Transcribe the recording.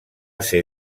ser